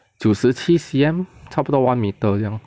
九十七 C_M 差不多 one metre 这样